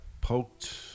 poked